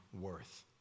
worth